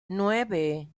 nueve